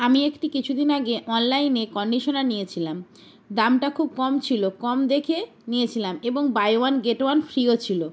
আমি একটি কিছু দিন আগে অনলাইনে কন্ডিশনার নিয়েছিলাম দামটা খুব কম ছিলো কম দেখে নিয়েছিলাম এবং বাই ওয়ান গেট ওয়ান ফ্রিও ছিলো